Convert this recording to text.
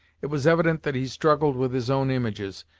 it was evident that he struggled with his own images,